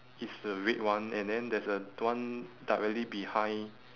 is the red one and then there's a d~ one directly behind